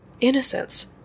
innocence